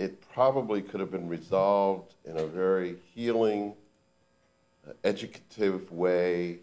it probably could have been resolved in a very healing educate way